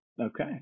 Okay